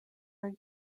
are